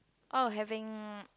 oh having